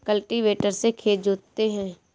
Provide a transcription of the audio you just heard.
cultivator से खेत जोतते हैं